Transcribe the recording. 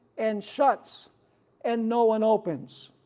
and shuts and no one opens.